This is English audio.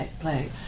play